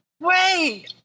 Wait